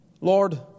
Lord